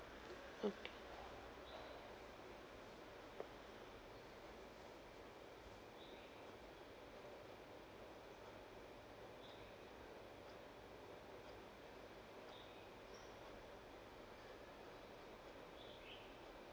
mm